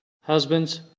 husbands